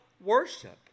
worship